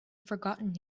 forgotten